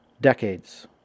decades